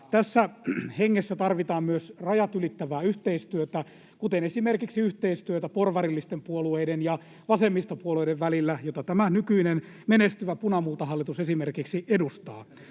Tässä hengessä tarvitaan myös rajat ylittävää yhteistyötä, esimerkiksi yhteistyötä porvarillisten puolueiden ja vasemmistopuolueiden välillä, jota esimerkiksi tämä nykyinen menestyvä punamultahallitus edustaa.